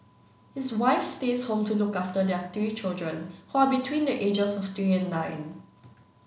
his wife stays home to look after their three children who are between the ages of three and nine